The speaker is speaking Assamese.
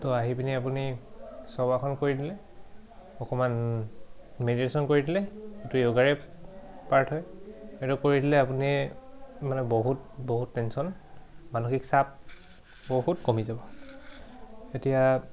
ত' আহি পিনি আপুনি শৱাখন কৰি দিলে অকণমান মেডিটেশ্যন কৰি দিলে এইটো য়োগাৰে পাৰ্ট হয় সেইটো কৰি দিলে আপুনি মানে বহুত বহুত টেনশ্যন মানসিক চাপ বহুত কমি যাব এতিয়া